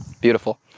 Beautiful